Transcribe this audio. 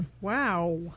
Wow